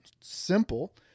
Simple